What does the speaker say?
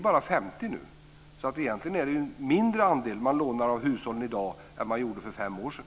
Nu är det bara 50. Egentligen lånas en mindre andel av hushållen i dag än för fem år sedan.